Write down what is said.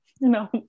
No